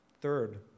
Third